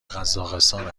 قزاقستان